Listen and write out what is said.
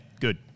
good